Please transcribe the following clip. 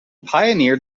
pioneered